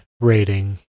rating